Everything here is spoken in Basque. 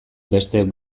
bestek